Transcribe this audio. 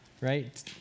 right